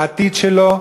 העתיד שלו,